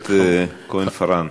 הכנסת כהן-פארן?